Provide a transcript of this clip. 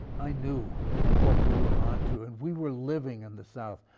i knew what we were onto and we were living in the south.